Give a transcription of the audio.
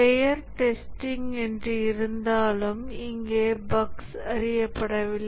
பெயர் டெஸ்டிங் என்று இருந்தாலும் இங்கே பஃக்ஸ் அறியப்படவில்லை